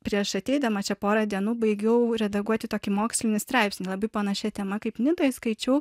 prieš ateidama čia porą dienų baigiau redaguoti tokį mokslinį straipsnį labai panašia tema kaip nidoje skaičiau